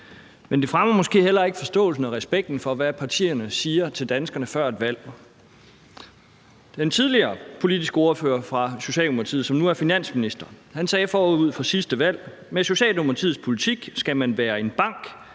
Men det fremmer måske heller ikke forståelsen og respekten for, hvad partierne siger til danskerne før et valg. Den tidligere politiske ordfører fra Socialdemokratiet, som nu er finansminister, sagde forud for sidste valg: Med Socialdemokratiets politik skal man være en bank,